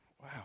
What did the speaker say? Wow